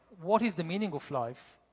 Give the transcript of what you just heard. what is the meaning of life?